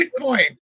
Bitcoin